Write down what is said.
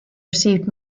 received